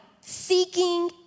seeking